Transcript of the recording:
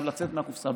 חייב לצאת מהקופסה.